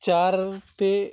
चार ते